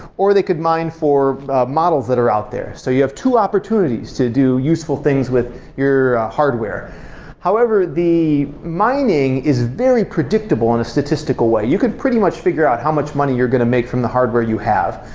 or they could mine for models that are out there. so you have two opportunities to do useful things with your hardware however, the mining is very predictable in a statistical way. you could pretty much figure out how much money you're going to make from the hardware you have,